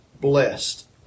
blessed